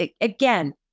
again